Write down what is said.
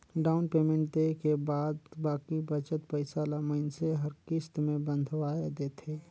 down payment देय के बाद बाकी बचत पइसा ल मइनसे हर किस्त में बंधवाए देथे